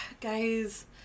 guys